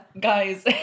Guys